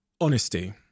Honesty